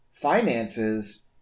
finances